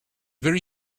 very